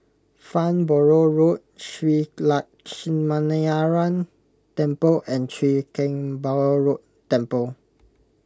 Farnborough Road Shree Lakshminarayanan Temple and Chwee Kang Beo Temple